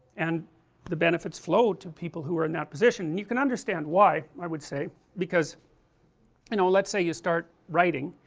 and the benefits flow to people who are in that position, and you can understand why i would say because you know, say you start writing,